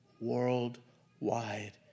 worldwide